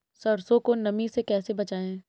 सरसो को नमी से कैसे बचाएं?